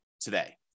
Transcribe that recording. today